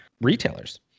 retailers